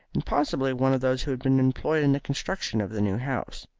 and possibly one of those who had been employed in the construction of the new house.